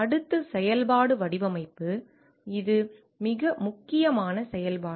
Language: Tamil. அடுத்து செயல்பாடு வடிவமைப்பு இது மிக முக்கியமான செயல்பாடு